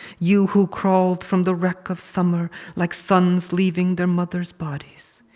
you, who crawled from the wreck of summer like sons leaving their mothers bodies,